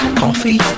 coffee